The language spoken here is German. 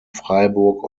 freiburg